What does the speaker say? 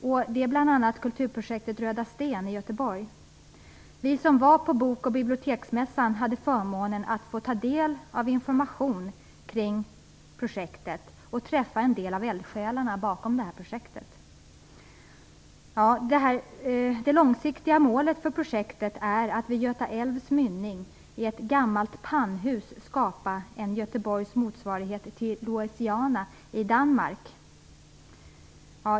Det gäller bl.a. kulturprojektet Röda sten i Göteborg. Vi som var på Bok och biblioteksmässan hade förmånen att få ta del av informationen kring projektet och träffa en del av eldsjälarna bakom detta projekt. Det långsiktiga målet för projektet är att man vid Göta älvs mynning, i ett gammalt pannhus, skall skapa Göteborgs motsvarighet till Louisiana i Danmark.